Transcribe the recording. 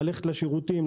ללכת לשירותים,